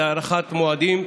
זה דחיית מועדים,